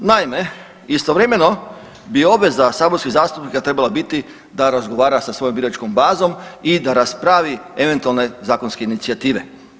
Naime, istovremeno bi obveza saborskih zastupnika trebala biti da razgovara sa svojom biračkom bazom i da raspravi eventualne zakonske inicijative.